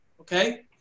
okay